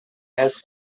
has